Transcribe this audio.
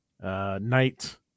knight